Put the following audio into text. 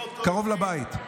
קרוב לבית.